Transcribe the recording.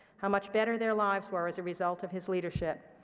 how much better their lives were as a result of his leadership.